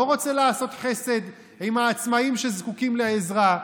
לא רוצה לעשות חסד עם העצמאים שזקוקים לעזרה,